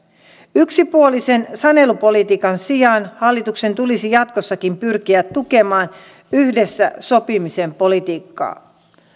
he ovat täysin riippuvaisia yhteiskunnan muista palveluista heillä ei ole läheisiä omaisia